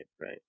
right